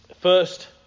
first